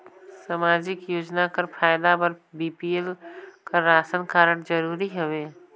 समाजिक योजना कर फायदा बर बी.पी.एल कर राशन कारड जरूरी हवे?